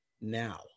now